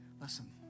Listen